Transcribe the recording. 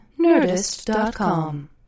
Nerdist.com